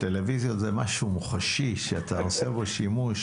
אבל טלוויזיה זה משהו מוחשי שאתה עושה בו שימוש,